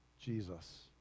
Jesus